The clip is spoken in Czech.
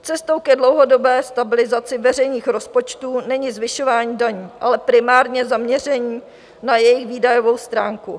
Cestou ke dlouhodobé stabilizaci veřejných rozpočtů není zvyšování daní, ale primárně zaměření na jejich výdajovou stránku.